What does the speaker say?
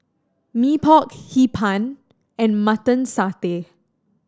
Mee Pok Hee Pan and Mutton Satay